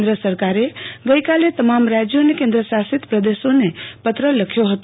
કેન્દ સરકારે ગઈકાલે તમામ રાજયો અને કન્દ્ર શાસિત પ્રદેશોને પત્ર લખ્યો છ